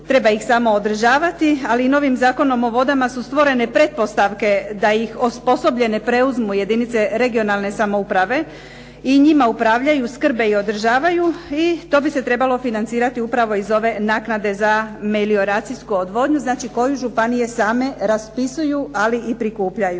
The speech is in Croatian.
treba ih samo održavati, ali i novim Zakonom o vodama su stvorene pretpostavke da ih osposobljene preuzmu jedinice regionalne samouprave i njima upravljaju, skrbe i održavaju i to bi se trebalo financirati upravo iz ove naknade za melioracijsku odvodnju, znači koju županije same raspisuju, ali i prikupljaju.